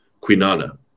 quinana